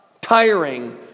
tiring